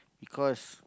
because